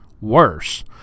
Worse